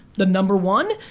the number one,